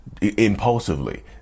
impulsively